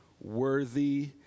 Worthy